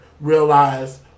realize